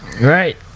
Right